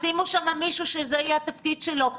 אז שימו שם מישהו שזה יהיה התפקיד שלו.